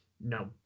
No